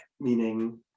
meaning